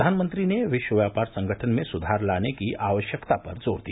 प्रधानमंत्री ने विश्व व्यापार संगठन में सुधार लाने की आवश्यकता पर जोर दिया